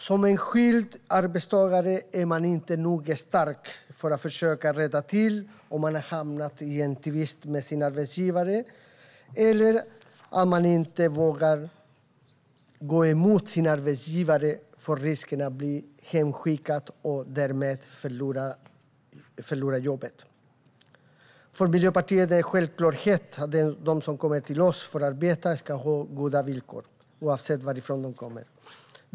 Som enskild arbetstagare är man inte stark nog för att försöka rätta till om man har hamnat i en tvist med sin arbetsgivare eller inte vågar gå emot sin arbetsgivare på grund av risken att bli hemskickad och därmed förlora jobbet. För Miljöpartiet är det en självklarhet att de som kommer till oss för att arbeta ska ha goda villkor, oavsett varifrån de kommer.